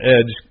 Edge